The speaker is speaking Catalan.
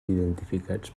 identificats